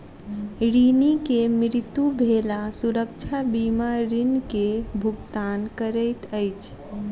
ऋणी के मृत्यु भेला सुरक्षा बीमा ऋण के भुगतान करैत अछि